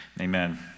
Amen